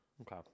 Okay